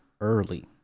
early